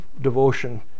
devotion